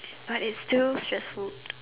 but it's still stressful